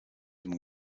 among